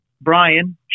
Brian